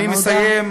אני מסיים.